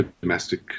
domestic